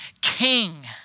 king